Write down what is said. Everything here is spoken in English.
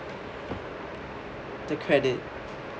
the credit